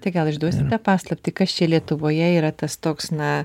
tai gal išduosite paslaptį kas čia lietuvoje yra tas toks na